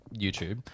youtube